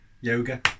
yoga